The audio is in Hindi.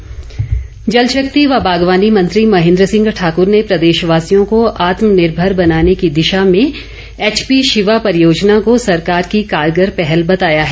महेन्द्र सिंह जलशक्ति व बागवानी मंत्री महेन्द्र सिंह ठाकूर ने प्रदेशवासियों को आत्मनिर्भर बनाने की दिशा में एचपी शिवा परियोजना को सरकार की कारगर पहल बताया है